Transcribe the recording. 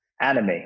anime